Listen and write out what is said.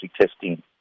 testing